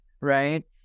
Right